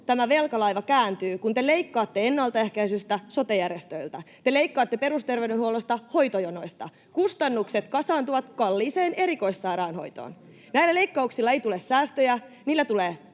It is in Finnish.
tämä velkalaiva kääntyy, kun te leikkaatte ennaltaehkäisystä, sote-järjestöiltä, ja te leikkaatte perusterveydenhuollosta, hoitojonoista? [Jani Mäkelä: Ei sieltä leikata!] Kustannukset kasaantuvat kalliiseen erikoissairaanhoitoon. Näillä leikkauksilla ei tule säästöjä. Niillä tulee